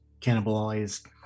cannibalized